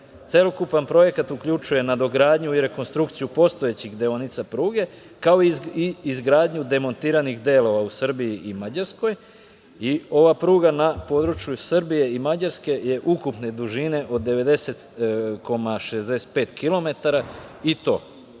Mađarske. Celokupan projekat uključuje nadogradnju i rekonstrukciju postojećih deonica pruge, kao i izgradnju demontiranih delova u Srbiji i Mađarskoj i ova pruga na području Srbije i Mađarske je ukupne dužine od 90,65 kilometara